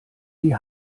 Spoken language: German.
die